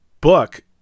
book